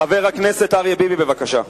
חבר הכנסת ביבי, בבקשה.